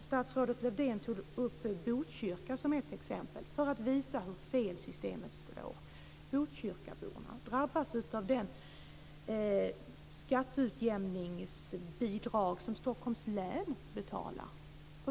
Statsrådet Lövdén tog upp Botkyrka som ett exempel för att visa hur fel systemet skulle slå. Men botkyrkabor drabbas av det skatteutjämningsbidrag som Stockholms län betalar.